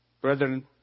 brethren